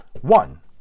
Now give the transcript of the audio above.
one